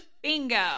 Bingo